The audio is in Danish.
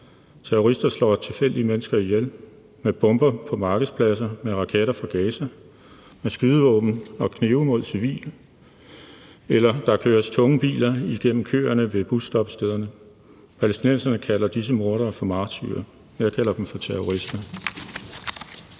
Terrorister slår tilfældige mennesker ihjel med bomber på markedspladser, med raketter fra Gaza, med skydevåben og knive mod civile, eller der køres tunge biler igennem køerne ved busstoppestederne. Palæstinenserne kalder disse mordere for martyrer, men jeg kalder dem for terrorister.